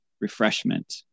refreshment